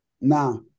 Now